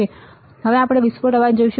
ચાલો આપણે આગળ જોઈએ કે જે વિસ્ફોટનો અવાજ છે